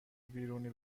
بیرونی